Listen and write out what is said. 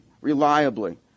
reliably